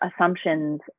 assumptions